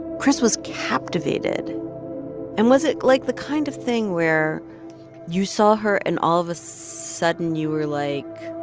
chris was captivated and was it, like, the kind of thing where you saw her and all of a sudden you were like,